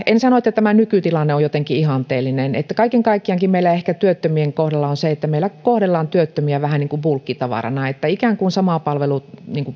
en sano että tämä nykytilanne on jotenkin ihanteellinen kaiken kaikkiaankin meillä ehkä työttömien kohdalla on se että meillä kohdellaan työttömiä vähän niin kuin bulkkitavarana niin että ikään kuin sama palvelu